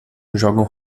jogam